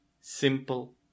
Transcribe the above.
Simple